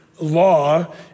law